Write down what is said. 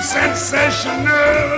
sensational